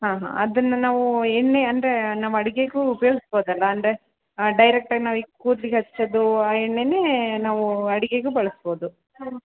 ಹಾಂ ಹಾಂ ಅದನ್ನು ನಾವು ಎಣ್ಣೆ ಅಂದರೆ ನಮ್ಮ ಅಡಿಗೆಗೂ ಉಪ್ಯೋಗಸ್ಬೋದಲ್ಲ ಅಂದರೆ ಡೈರೆಕ್ಟ್ ಆಗಿ ನಾವು ಈ ಕೂದ್ಲಿಗೆ ಹಚ್ಚೋದು ಆ ಎಣ್ಣೆನೆ ನಾವು ಅಡಿಗೆಗು ಬಳಸ್ಬೋದು